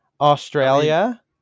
Australia